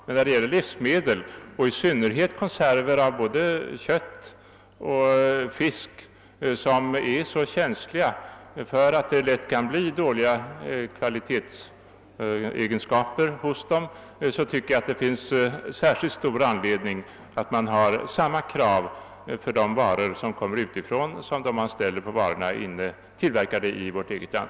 Men när det gäller livsmedel och i synnerhet konserver av både kött och fisk som är så känsliga för att det lätt kan bli dålig kvalitet, anser jag, att det finns särskilt stor anledning att ha samma krav på de varor som kommer utifrån som på varor tillverkade i vårt eget land.